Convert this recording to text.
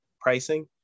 pricing